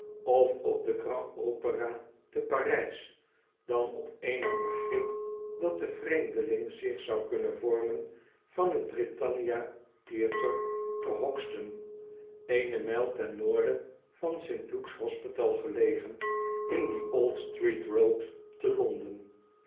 of op de grand opéra te parijs dan op oenig begrip dat de vreemdeling zich zou kunnen vormen van t britannia theatre te hoxton eene mijl ten noorden van st luke's hospitaal gelegen in the oklstreetroad te londen